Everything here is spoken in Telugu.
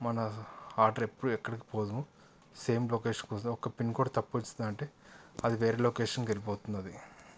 మన ఆర్డర్ ఎప్పుడు ఎక్కడికి పోదు సేమ్ లొకేషన్కి ఒక పిన్ కోడ్ తప్పు వచ్చిందంటే అది వేరే లొకేషన్కి వెళ్లిపోతుంది అది